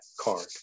card